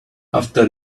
after